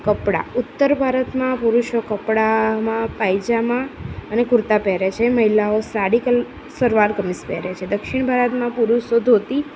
કપડાં ઉત્તર ભારતમાં પુરુષો કપડામાં પાયજામા અને કુર્તા પહેરે છે મહિલાઓ સાડીકલ સલવાર કમિસ પહેરે છે દક્ષિણ ભારતમાં પુરુષો ધોતી